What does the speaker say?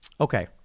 Okay